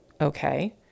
Okay